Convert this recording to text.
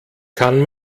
kann